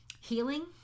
healing